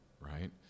right